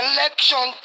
Election